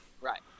Right